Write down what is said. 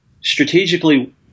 strategically